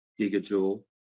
gigajoule